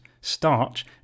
starch